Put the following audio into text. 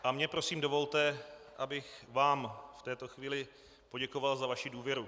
A mně, prosím, dovolte, abych vám v této chvíli poděkoval za vaši důvěru.